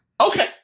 Okay